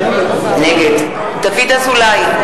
נגד דוד אזולאי,